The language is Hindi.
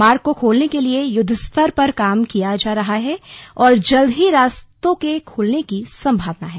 मार्ग को खोलने के लिए युद्वस्तर पर काम किया जा रहा है और जल्द ही रास्ते के खुलने की संभावना है